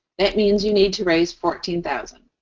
that means you need to raise fourteen thousand